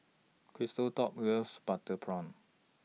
Christop loves Butter Prawn